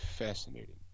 fascinating